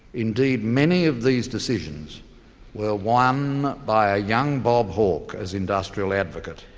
indeed many of these decisions were won by a young bob hawke as industrial advocate.